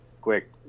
quick